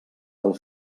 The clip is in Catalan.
del